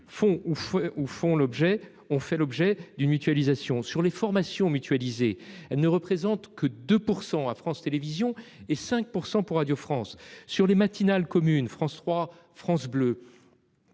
ouf ou font l'objet ont fait l'objet d'une mutualisation sur les formations mutualiser, elle ne représente que 2% à France Télévisions et 5% pour Radio France, sur les matinales communes France 3, France Bleu.